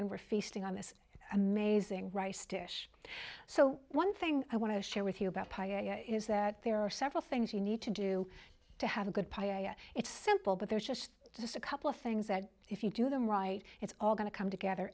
we're feasting on this amazing rice dish so one thing i want to share with you about pie is that there are several things you need to do to have a good pie and it's simple but there's just just a couple of things that if you do them right it's all going to come together